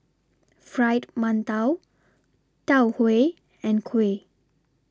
Fried mantou Tau Huay and Kuih